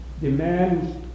demands